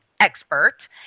expert